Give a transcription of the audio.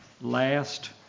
last